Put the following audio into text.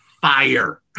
fire